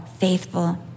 faithful